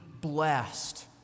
blessed